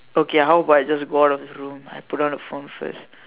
okay how about I just go out of the room I put out the phone first